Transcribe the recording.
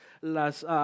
las